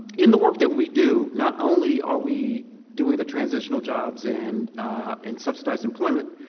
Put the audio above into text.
in the work that we do, not only are we doing the transitional jobs and and subsidized employment,